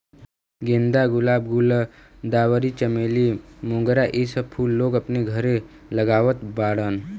गेंदा, गुलाब, गुलदावरी, चमेली, मोगरा इ सब फूल लोग अपने घरे लगावत बाड़न